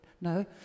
No